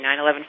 9-11